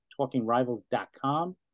TalkingRivals.com